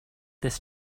this